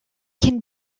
can